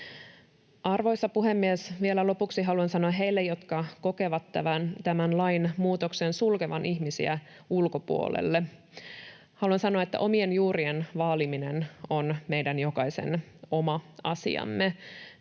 Arvoisa puhemies! Vielä lopuksi haluan sanoa heille, jotka kokevat tämän lainmuutoksen sulkevan ihmisiä ulkopuolelle, että omien juurien vaaliminen on meidän jokaisen oma asia.